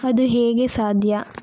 ಅದು ಹೇಗೆ ಸಾಧ್ಯ